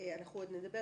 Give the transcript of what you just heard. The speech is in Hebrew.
לא יפגע הדבר